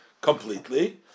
completely